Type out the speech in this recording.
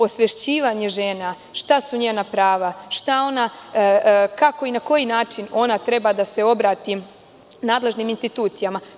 Osvešćivanje žena, šta su njena prava, kako i na koji način ona treba da se obrati nadležnim institucijama.